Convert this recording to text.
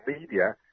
media